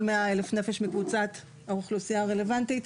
100 אלף נפש מקבוצת האוכלוסייה הרלוונטית,